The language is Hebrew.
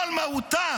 כל מהותה